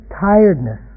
tiredness